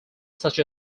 such